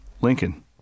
Lincoln